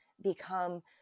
become